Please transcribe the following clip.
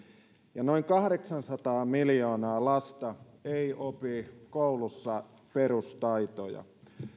ja noin kahdeksansataa miljoonaa lasta ei opi koulussa perustaitoja